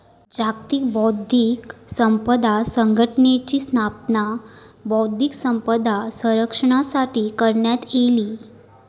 जागतिक बौध्दिक संपदा संघटनेची स्थापना बौध्दिक संपदा संरक्षणासाठी करण्यात इली